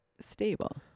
stable